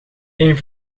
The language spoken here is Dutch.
één